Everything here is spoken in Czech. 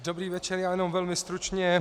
Dobrý večer, já jenom velmi stručně.